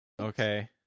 Okay